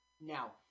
Now